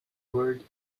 word